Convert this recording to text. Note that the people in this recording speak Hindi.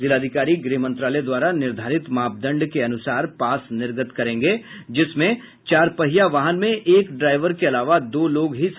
जिलाधिकारी गृह मंत्रालय द्वारा निर्धारित मापदंड के अनुसार पास निर्गत करेंगे जिसमें चार पाहिया वाहन में एक ड्राईवर के अलावा दो लोग ही सफर कर सकते हैं